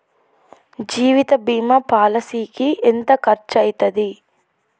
జీవిత బీమా పాలసీకి ఎంత ఖర్చయితది?